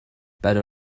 better